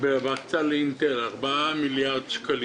בהקצאה של 4 מיליארד שקלים לאינטל.